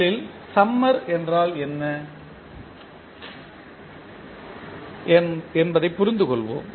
முதலில் சம்மர் என்றால் என்ன என்பதைப் புரிந்துகொள்வோம்